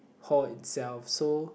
hall itself so